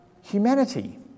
humanity